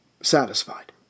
satisfied